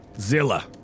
Zilla